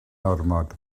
ormod